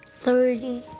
thirty.